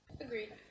Agreed